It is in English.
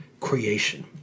creation